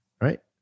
Right